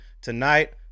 tonight